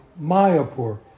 Mayapur